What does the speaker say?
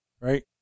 right